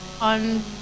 on